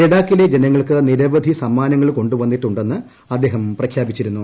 ലെഡാക്കിലെ ജനങ്ങൾക്ക് നിരവധി സമ്മാനങ്ങൾ കൊണ്ടു വന്നി ട്ടുണ്ടെന്ന് അദ്ദേഹം പ്രഖ്യാപിച്ചിരുന്നു